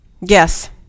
Yes